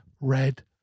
red